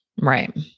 Right